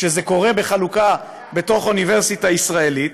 כשזה קורה בחלוקה בתוך אוניברסיטה ישראלית,